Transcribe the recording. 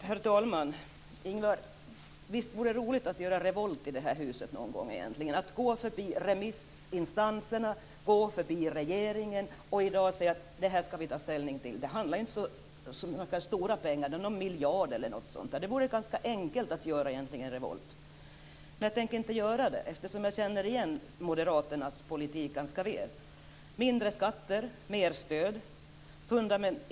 Herr talman! Visst vore det roligt, Ingvar Eriksson, att någon gång göra revolt i det här huset, att gå förbi remissinstanserna, att gå förbi regeringen och säga att det här skall vi ta ställning till. Det handlar inte om så stora pengar. Det är någon miljard eller något sådant. Det vore ganska enkelt att göra revolt. Men jag tänker inte göra det, eftersom jag känner igen moderaternas politik ganska väl: mindre skatter, mer stöd.